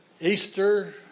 Easter